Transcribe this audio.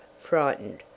frightened